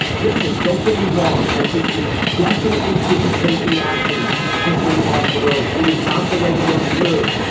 listen, don't get me wrong. i think we definitely should be taking actions to stave off corona. it is not the regular flu.